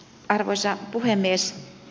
arvoisa puhemies